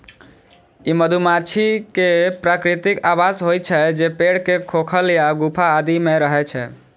ई मधुमाछी के प्राकृतिक आवास होइ छै, जे पेड़ के खोखल या गुफा आदि मे रहै छै